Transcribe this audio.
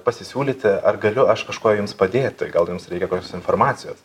pasisiūlyti ar galiu aš kažkuo jums padėti gal jums reikia kokios informacijos